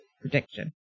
prediction